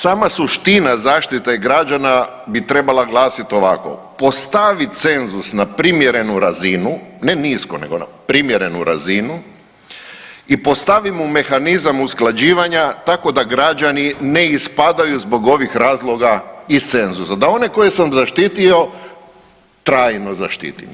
Sama suština zaštite građana bi trebala glasiti ovako: postaviti cenzus na primjerenu razinu, ne nisku nego na primjerenu razinu i postavimo mehanizam usklađivanja tako da građani ne ispadaju zbog ovih razloga iz cenzusa da one koje sam zaštitio trajno zaštitim.